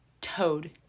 Toad